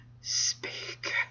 Speak